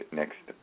next